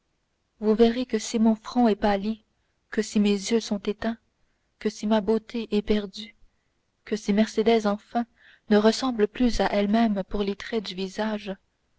vous verrez que si mon front est pâli que si mes yeux sont éteints que si ma beauté est perdue que si mercédès enfin ne ressemble plus à elle-même pour les traits du visage